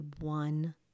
one